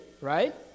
right